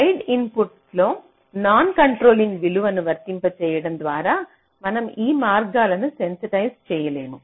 side ఇన్పుట్స్లో non controlling విలువను వర్తింపజేయడం ద్వారా మనం ఈ మార్గాలను సెన్సిటైజ్ చేయలేము